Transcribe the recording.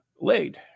laid